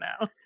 now